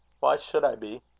why should i be?